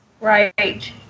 Right